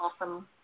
awesome